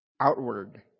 outward